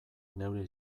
neure